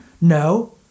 No